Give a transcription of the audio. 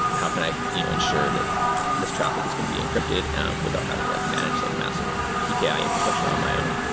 how can i you know ensure that this traffic is going to be encrypted without having like manage like massive pk yeah i infrastructure on my own?